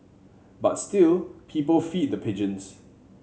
but still people feed the pigeons